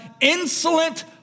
insolent